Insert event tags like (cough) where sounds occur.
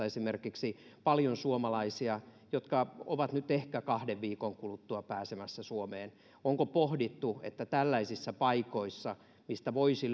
(unintelligible) esimerkiksi espanjassa paljon suomalaisia jotka ovat nyt ehkä kahden viikon kuluttua pääsemässä suomeen onko pohdittu että tällaisissa paikoissa mistä voisi (unintelligible)